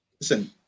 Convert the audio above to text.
listen